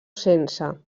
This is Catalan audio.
sense